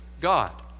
God